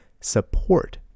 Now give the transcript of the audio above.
support